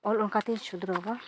ᱚᱞ ᱚᱱᱠᱟᱛᱤᱧ ᱥᱩᱫᱷᱨᱟᱹᱣᱟ